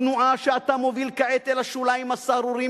התנועה שאתה מוביל כעת אל השוליים הסהרוריים